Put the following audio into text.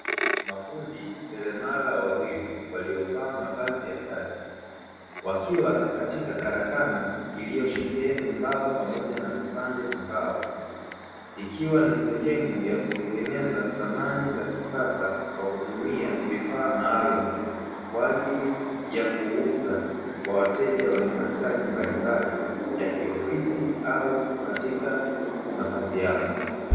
Mafundi selemala wawili waliovaa mavazi ya kazi, wakiwa katika karakana iliyosheheni mbao pamoja na vipande vya mbao ikiwa ni sehemu ya kutengeneza samani za kisasa kwa kutumia vifaa maalum kwa ajili ya kuuza kwa wateja wenye mahitaji mbalimbali ya kiofisi au katika makazi yao.